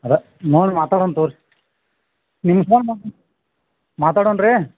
ಅದ ನೋಡಿ ಮಾತಾಡೋಣ ತಗೋ ರೀ ನಿಮ್ಮ ಫೋನ್ ನಂಬ ಮಾತಾಡುಣ್ ರೀ